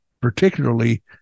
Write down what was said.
particularly